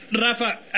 Rafa